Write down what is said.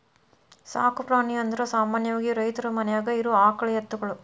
ಸಾಕು ಪ್ರಾಣಿ ಅಂದರ ಸಾಮಾನ್ಯವಾಗಿ ರೈತರ ಮನ್ಯಾಗ ಇರು ಆಕಳ ಎತ್ತುಗಳು